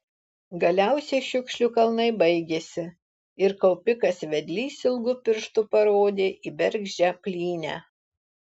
galiausiai šiukšlių kalnai baigėsi ir kaupikas vedlys ilgu pirštu parodė į bergždžią plynę